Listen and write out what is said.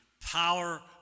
power